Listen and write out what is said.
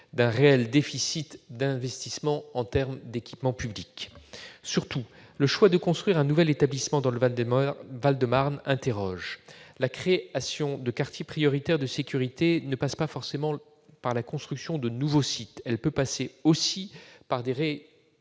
d'un réel déficit d'investissement en termes d'équipements publics. Surtout, je m'interroge sur le choix de construire un nouvel établissement dans le Val-de-Marne. La création de quartiers prioritaires de sécurité ne passe pas forcément par la construction de nouveaux sites. Elle peut passer aussi par des